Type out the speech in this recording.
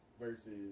versus